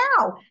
now